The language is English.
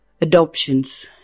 adoptions